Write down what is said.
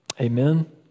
Amen